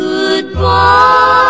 Goodbye